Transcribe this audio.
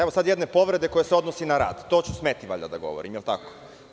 Evo sada jedne povrede koja se odnosi na rad, to ću smeti da govorim, jel tako.